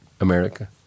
America